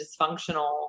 dysfunctional